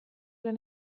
lan